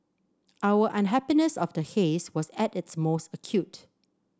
our unhappiness of the haze was at its most acute